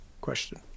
question